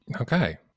Okay